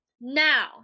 Now